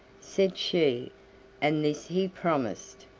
said she and this he promised.